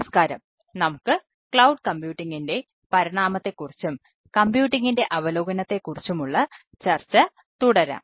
നമസ്കാരം നമുക്ക് ക്ലൌഡ് കമ്പ്യൂട്ടിംഗിൻറെ അവലോകനത്തെ കുറിച്ചുള്ള ചർച്ച തുടരാം